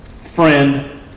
friend